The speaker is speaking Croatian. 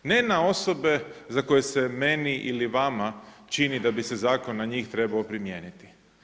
Ne na osobe za koje se meni ili vama čini da bi se zakon na njih trebao primijeniti.